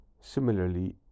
Similarly